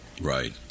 Right